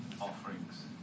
offerings